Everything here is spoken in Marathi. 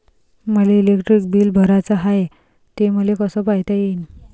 मले इलेक्ट्रिक बिल भराचं हाय, ते मले कस पायता येईन?